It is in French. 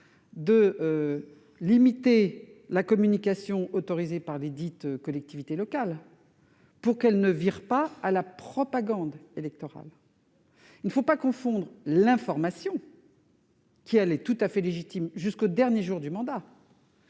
de limiter la communication autorisée par les collectivités locales pour qu'elle ne vire pas à la propagande électorale. Il ne faut pas confondre l'information, qui est tout à fait légitime jusqu'au dernier jour du mandat,